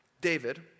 David